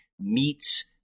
meets